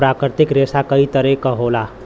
प्राकृतिक रेसा कई तरे क होला